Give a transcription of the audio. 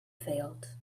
failed